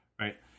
right